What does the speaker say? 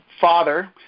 father